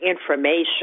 information